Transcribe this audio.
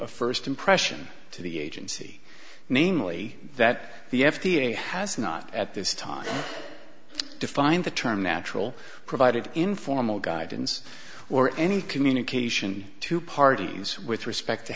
of first impression to the agency namely that the f d a has not at this time defined the term natural provided informal guidance or any communication to parties with respect to